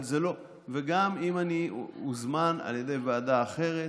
וגם אם אני אוזמן על ידי ועדה אחרת,